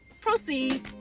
Proceed